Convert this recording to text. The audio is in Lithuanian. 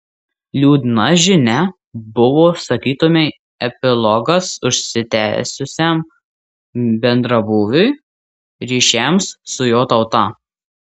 liūdna žinia buvo sakytumei epilogas užsitęsusiam bendrabūviui ryšiams su jo tauta